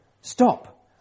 Stop